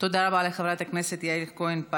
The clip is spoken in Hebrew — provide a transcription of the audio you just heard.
תודה רבה לחברת הכנסת יעל כהן-פארן.